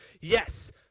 Yes